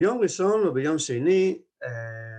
‫ביום ראשון או ביום שני,